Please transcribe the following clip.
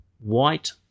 white